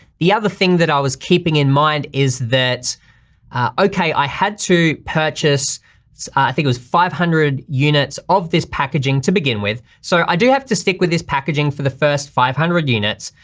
the other thing that i was keeping in mind is that okay, i had to purchase i think it was five hundred units of this packaging to begin with, so i do have to stick with this packaging for the first five hundred units,